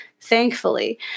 Thankfully